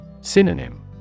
Synonym